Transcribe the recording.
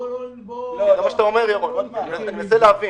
אני מנסה להבין.